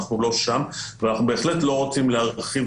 אנחנו לא שם ואנחנו בהחלט לא רוצים להרחיב